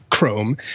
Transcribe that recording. Chrome